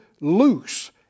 loose